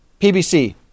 PBC